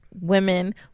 women